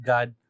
God